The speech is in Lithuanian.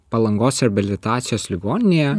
palangos reabilitacijos ligoninėje